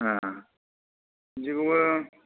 बिदिखौबो